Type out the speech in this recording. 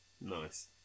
Nice